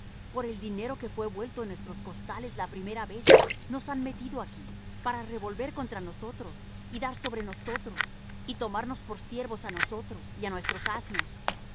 por el dinero que fué vuelto en nuestros costales la primera vez nos han metido aquí para revolver contra nosotros y dar sobre nosotros y tomarnos por siervos á nosotros y á nuestros asnos